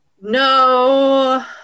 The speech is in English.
no